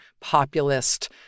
populist